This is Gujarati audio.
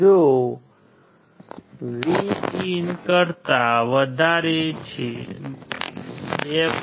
જો Vin 2